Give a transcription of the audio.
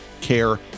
care